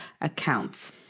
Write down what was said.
accounts